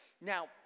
now